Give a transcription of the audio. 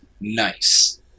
Nice